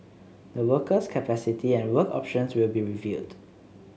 the worker's capacity and work options will be reviewed